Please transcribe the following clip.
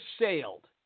sailed